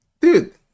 dude